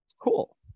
Cool